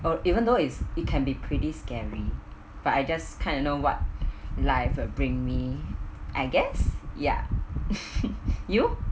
or even though it's it can be pretty scary but I just kind of know what life will bring me I guess ya you